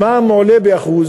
המע"מ עולה ב-1%,